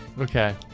Okay